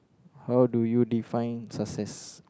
how do you define success